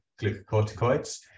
glucocorticoids